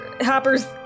Hopper's